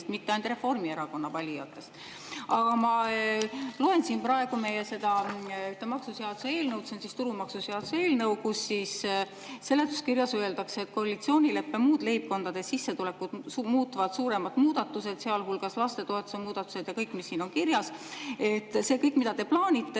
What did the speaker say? mitte ainult Reformierakonna valijatest. Ma loen siin praegu ühte maksuseaduse eelnõu, see on tulumaksuseaduse eelnõu, kus seletuskirjas öeldakse, et koalitsioonileppes muud leibkondade sissetulekut muutvad suuremad muudatused, sealhulgas lastetoetuse muudatused ja kõik, mis siin on kirjas, see kõik, mida te plaanite,